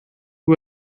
who